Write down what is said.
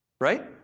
Right